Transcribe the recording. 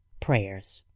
prayers.